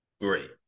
great